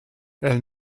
elles